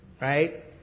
right